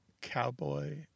cowboy